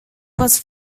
was